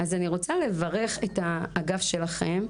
אני רוצה לברך את האגף שלכם,